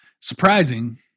Surprising